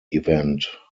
event